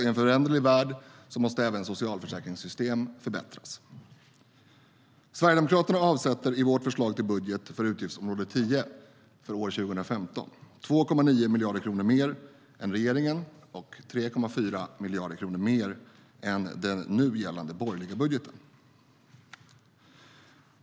I en föränderlig värld måste också socialförsäkringssystem förbättras. Sverigedemokraterna avsätter i vårt förslag till budget för utgiftsområde 10 för år 2015 2,9 miljarder kronor mer än regeringen och 3,4 miljarder kronor mer än i den nu gällande borgerliga budgeten.